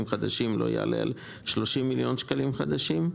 חדשים לא יעלה על 30 מיליון שקלים חדשים.